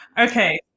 okay